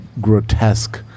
grotesque